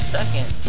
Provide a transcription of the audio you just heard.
Second